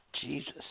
Jesus